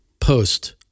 post